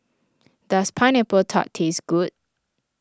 does Pineapple Tart taste good